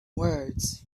words